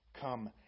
Come